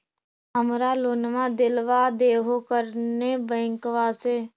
हमरा लोनवा देलवा देहो करने बैंकवा से?